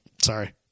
sorry